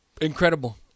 incredible